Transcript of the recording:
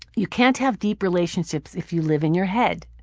you can't have deep relationships if you live in your head.